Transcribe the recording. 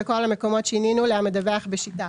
בכל המקומות שינינו ל"המדווח בשיטה"